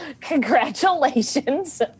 congratulations